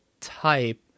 type